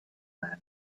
man